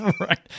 right